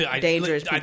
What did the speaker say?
dangerous